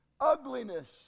ugliness